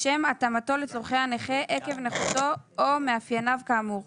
לשם התאמתו לצורכי הנכה עקב נכותו או מאפייניו כאמור.